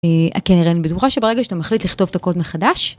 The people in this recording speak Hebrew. כנראה אני בטוחה שברגע שאתה מחליט לכתוב את הקוד מחדש.